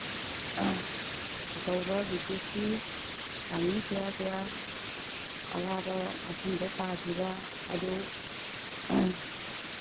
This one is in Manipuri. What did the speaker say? ꯑꯆꯧꯕ ꯕ꯭ꯔꯤꯇꯤꯁꯀꯤ ꯂꯥꯟꯃꯤ ꯀꯌꯥ ꯀꯌꯥ ꯑꯋꯥꯕ ꯃꯐꯝꯗ ꯇꯥꯈꯤꯕ ꯑꯗꯨ